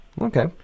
Okay